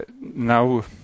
now